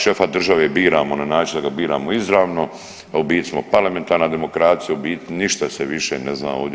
Šefa države biramo na način da ga biramo izravno, a u biti smo parlamentarna demokracija, u biti ništa se više ne zna ovdje.